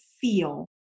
feel